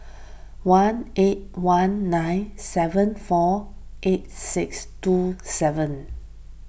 one eight one nine seven four eight six two seven